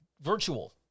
virtual